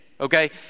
Okay